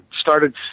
started